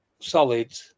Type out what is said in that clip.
Solid